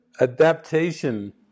adaptation